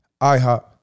IHOP